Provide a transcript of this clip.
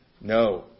No